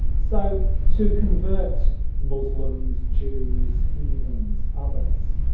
so to convert muslims, jews, heathens, others,